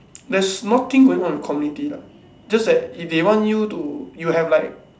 there's nothing going on in the community lah just that if they want you to you have like